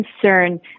concern